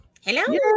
hello